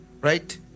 right